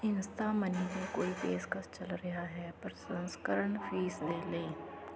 ਇੰਸਤਾਮਨੀ 'ਤੇ ਕੋਈ ਪੇਸ਼ਕਸ਼ ਚਲ ਰਿਹਾ ਹੈ ਪਰਸੰਸਕਰਣ ਫ਼ੀਸ ਦੇ ਲਈ